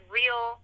real